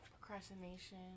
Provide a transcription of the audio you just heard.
Procrastination